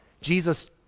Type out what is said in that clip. Jesus